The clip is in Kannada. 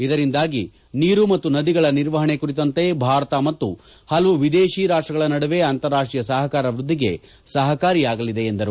ಇದರಿಂದಾಗಿ ನೀರು ಮತ್ತು ನದಿಗಳ ನಿರ್ವಹಣೆ ಕುರಿತಂತೆ ಭಾರತ ಮತ್ತು ಹಲವು ವಿದೇಶಿ ರಾಷ್ಟಗಳ ನಡುವೆ ಅಂತಾರಾಷ್ಟೀಯ ಸಹಕಾರ ವೃದ್ದಿಗೆ ಸಹಕಾರಿಯಾಗಿದೆ ಎಂದರು